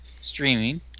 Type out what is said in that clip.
streaming